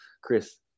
Chris